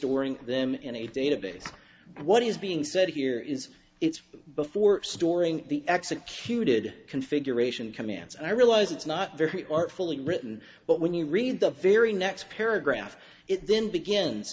storing them in a database what is being said here is it's before storing the executed configuration commands and i realize it's not very artfully written but when you read the very next paragraph it then begins